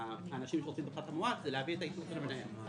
האנשים שרוצים את הפחת המואץ זה להביא את האישור של המנהל.